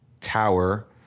tower